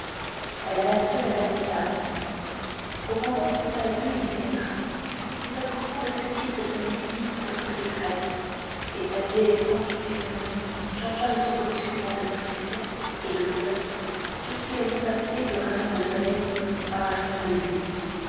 elle alla seule à la lucarne au moment où sa vue y pénétra une profonde pitié se peignit sur tous ses traits et sa gaie et franche physionomie changea aussi brusquement d'expression et de couleur que si elle eût passé d'un rayon de soleil à un rayon de lune